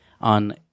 on